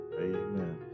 Amen